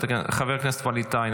חבר הכנסת ווליד טאהא,